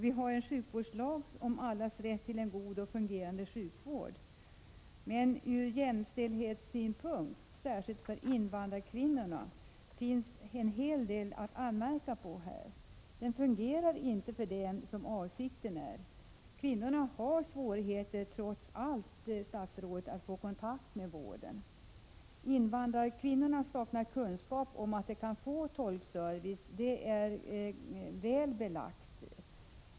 Vi har en sjukvårdslag om allas rätt till en god och fungerande sjukvård. Ur jämställdhetssynpunkt — särskilt för invandrarkvinnorna — finns här en hel del att anmärka på. Den fungerar inte som avsett. Kvinnorna har trots allt svårt att få kontakt med vården. Att invandrarkvinnorna saknar kunskap om att de kan få tolkservice är väl belagt.